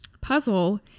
puzzle